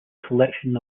collection